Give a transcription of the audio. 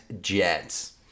Jets